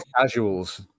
casuals